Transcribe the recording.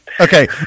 Okay